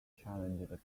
challenged